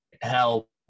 help